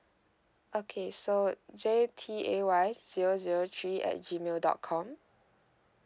okay so J T A Y zero zero three at G mail dot com